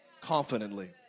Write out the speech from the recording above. Confidently